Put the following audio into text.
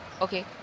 Okay